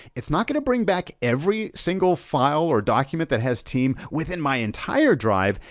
it's not gonna bring back every single file or document that has team within my entire drive,